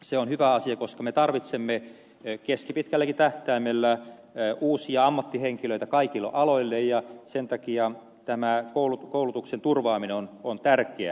se on hyvä asia koska me tarvitsemme keskipitkälläkin tähtäimellä uusia ammattihenkilöitä kaikille aloille ja sen takia tämän koulutuksen turvaaminen on tärkeää